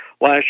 last